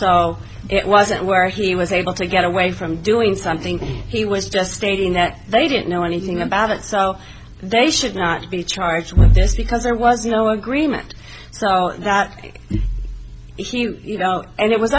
so it wasn't where he was able to get away from doing something he was just stating that they didn't know anything about it so they should not be charged with this because there was no agreement so that you know and it was